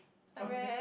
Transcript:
okay